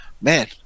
man